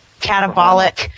catabolic